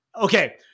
Okay